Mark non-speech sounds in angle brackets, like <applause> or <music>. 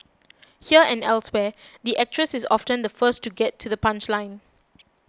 <noise> here and elsewhere the actress is often the first to get to the punchline